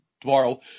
Tomorrow